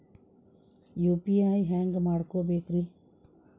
UPI ಹ್ಯಾಂಗ ಮಾಡ್ಕೊಬೇಕ್ರಿ?